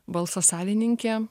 balso savininkė